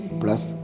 plus